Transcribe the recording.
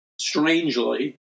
strangely